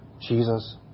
Jesus